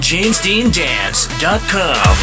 JamesDeanDance.com